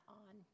on